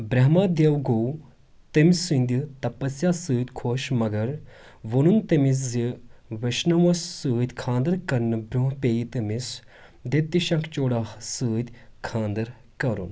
برہما دیو گوٚو تٔمۍ سٕنٛدِ تپسیا سۭتۍ خۄش مگر وونُن تٔمِس زِ ویشنوٗوس سۭتۍ خانٛدر کرنہٕ برٛونٛہہ پیٚیہِ تٔمِس دیتیہ شنکھچوڈاہس سۭتۍ خانٛدر کرُن